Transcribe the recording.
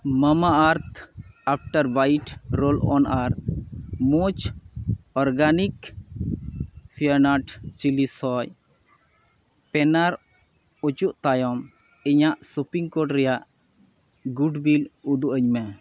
ᱢᱟᱢᱟ ᱟᱨᱛᱷ after bite roll on ᱟᱨ ᱢᱚᱡᱽ ᱚᱨᱜᱟᱱᱤᱠ ᱯᱷᱤᱭᱳᱱᱟᱴ ᱪᱤᱞᱤ ᱥᱚᱭ ᱯᱮᱱᱟᱨ ᱚᱪᱚᱜ ᱛᱟᱭᱚᱢ ᱤᱧᱟᱹᱜ ᱥᱚᱯᱤᱝ ᱠᱳᱰ ᱨᱮᱭᱟᱜ ᱜᱩᱰ ᱵᱤᱞ ᱩᱫᱩᱜ ᱟᱹᱧᱢᱮ